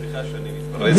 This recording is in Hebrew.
סליחה שאני מתפרץ.